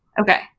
Okay